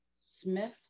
smith